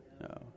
No